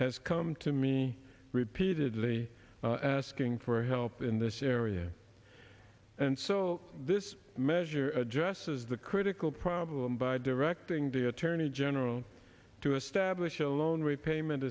has come to me repeatedly asking for help in this area and so this measure adjusts is the critical problem by directing the attorney general to establish a loan repayment